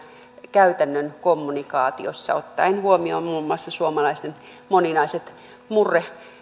käytännön kommunikaatiossa ottaen huomioon muun muassa suomalaisten moninaiset murretaustat